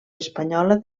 espanyola